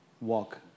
walk